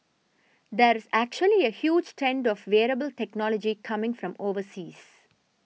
there is actually a huge trend of wearable technology coming from overseas